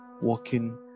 walking